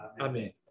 Amen